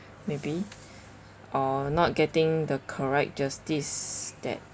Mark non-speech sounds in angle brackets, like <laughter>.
maybe <breath> or not getting the correct justice that